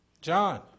John